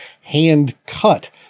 hand-cut